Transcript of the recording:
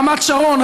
רמת השרון,